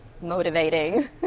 motivating